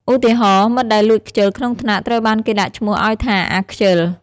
ឧទាហរណ៍ មិត្តដែលលួចខ្ជិលក្នុងថ្នាក់ត្រូវបានគេដាក់ឈ្មោះឱ្យថា “អាខ្ជិល"។